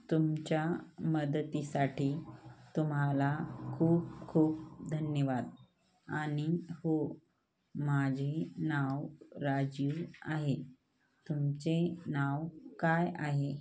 तुमच्या मदतीसाठी तुम्हाला खूप खूप धन्यवाद आणि हो माझे नाव राजीव आहे तुमचे नाव काय आहे